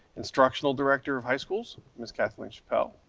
instructional director of high schools, ms. kathleen schlappal.